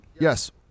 yes